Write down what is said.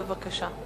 בבקשה.